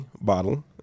Bottle